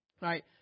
right